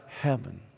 heaven